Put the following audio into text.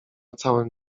całym